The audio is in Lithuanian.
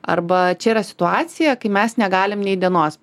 arba čia yra situacija kai mes negalim nei dienos